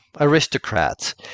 aristocrats